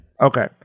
Okay